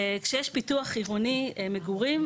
כאשר יש פיתוח עירוני מגורים,